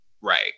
Right